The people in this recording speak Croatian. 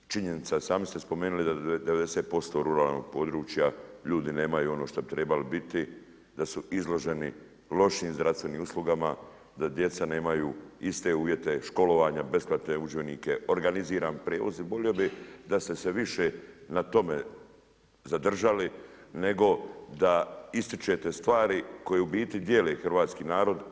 Činjenica, sami ste spomenuli da 90% ruralnog područja ljudi nemaju ono šta bi trebali biti, da su izloženi lošim zdravstvenim uslugama, da djeca nemaju iste uvjete školovanja, besplatne udžbenike, organiziran prijevoz i volio bi da ste se više na tome zadržali nego da ističete stvari koje ubit dijele hrvatski narod.